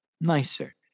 nicer